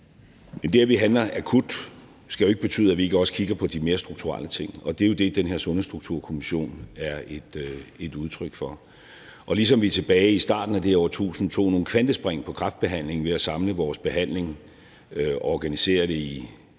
Men det, at vi handler akut, skal ikke betyde, at vi ikke også kigger på de mere strukturelle ting. Og det er det, den her Sundhedsstrukturkommission er et udtryk for. Og ligesom vi tilbage i starten af det her årtusind tog nogle kvantespring på kræftbehandlingen ved at samle vores behandling og organisere det i